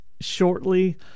shortly